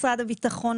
משרד הביטחון,